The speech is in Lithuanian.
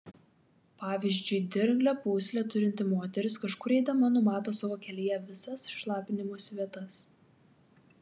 pavyzdžiui dirglią pūslę turinti moteris kažkur eidama numato savo kelyje visas šlapinimosi vietas